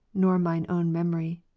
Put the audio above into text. nor mine own memory.